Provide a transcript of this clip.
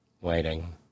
Waiting